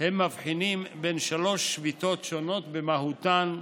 הם מבחינים בין שלוש שביתות שונות במהותן,